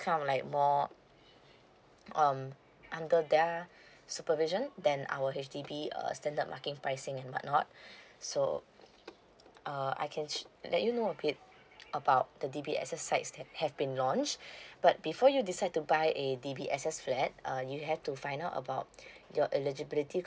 kind of like more um under their supervision than our H_D_B uh standard marking pricing and whatnot so uh I can let you know a bit about the D_B_S_S sites that have been launched but before you decide to buy a D_B_S_S flat uh you have to find out about your eligibility